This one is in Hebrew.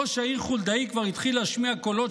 ראש העיר חולדאי כבר התחיל להשמיע קולות